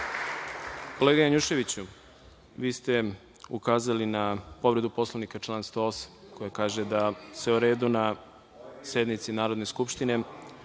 Kolega Janjuševiću, vi ste ukazali na povredu Poslovnika, član 108, koji kaže da se o redu na sednici Narodne skupštine